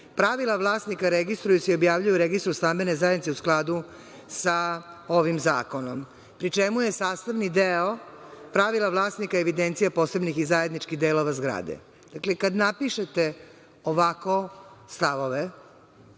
pravila vlasnika registruju se i objavljuju registru stambene zajednice u skladu sa ovim zakonom, pri čemu je sastavni deo pravila vlasnika evidencije posebnih i zajedničkih delova zgrade. Dakle, kad napišete ovako stavove